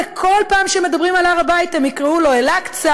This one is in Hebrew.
בכל פעם שמדברים על הר הבית הם יקראו לו אל-אקצא,